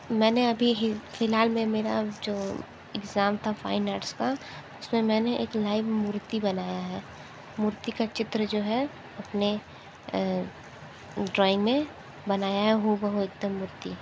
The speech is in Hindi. मैंने अभी ही फिलहाल में मेरा जो एग्जाम था फाइन आर्ट्स का उस में मैंने एक लाइव मूर्ति बनाई है मूर्ति का चित्र जो है अपने ड्राइंग में बनाया है हू ब हू एक दम मूर्ति